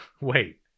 Wait